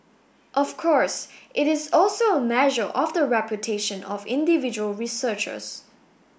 of course it is also a measure of the reputation of individual researchers